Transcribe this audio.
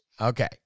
Okay